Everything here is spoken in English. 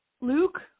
Luke